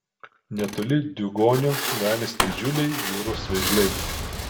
netoli diugonio ganėsi didžiuliai jūros vėžliai